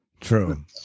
True